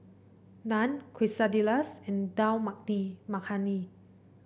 Naan Quesadillas and Dal Makhani